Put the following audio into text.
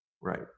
Right